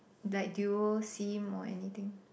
like dual sim or anything